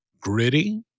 gritty